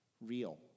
real